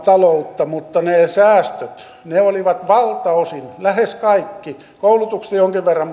taloutta entisestään mutta ne säästöt olivat valtaosin lähes kaikki tosin koulutuksesta jonkin verran